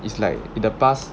it's like in the past